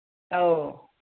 ꯑꯧ